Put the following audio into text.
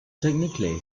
technically